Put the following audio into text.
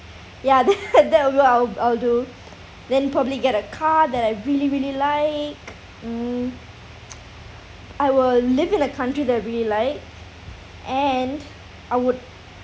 ya that that will I will do then probably get a car that I really really like mm I will live in a country that I really like and I would